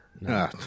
no